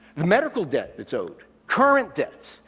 the medical debt that's owed, current debt.